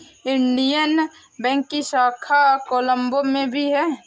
Indian bank की शाखा Colombo में भी है